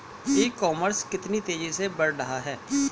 ई commerce कितनी तेजी से बढ़ रहा है?